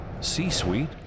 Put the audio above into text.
C-Suite